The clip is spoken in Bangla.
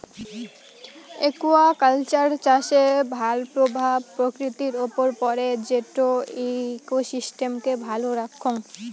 একুয়াকালচার চাষের ভাল প্রভাব প্রকৃতির উপর পড়ে যেটো ইকোসিস্টেমকে ভালো রাখঙ